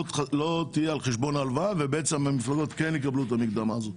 תהיה על חשבון ההלוואה והמפלגות כן יקבלו את המקדמה הזאת.